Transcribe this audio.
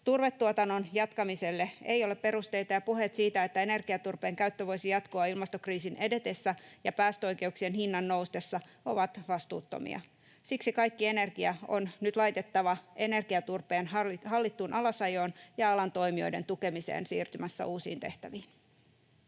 Turvetuotannon jatkamiselle ei ole perusteita. Puheet siitä, että energiaturpeen käyttö voisi jatkua ilmastokriisin edetessä ja päästöoikeuksien hinnan noustessa, ovat vastuuttomia. Siksi kaikki energia on nyt laitettava energiaturpeen hallittuun alasajoon ja alan toimijoiden tukemiseen siirtymässä uusiin tehtäviin.